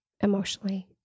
emotionally